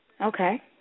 Okay